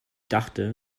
dachte